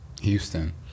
Houston